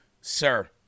sir